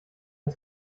der